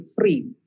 free